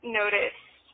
noticed